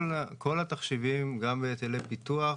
כל התחשיבים, גם בהיטלי פיתוח,